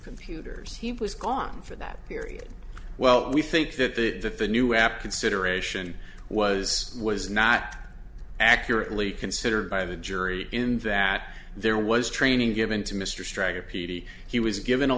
computers he was gone for that period well we think that the the new app consideration was was not accurately considered by the jury in vats there was training given to mr striker p t he was given a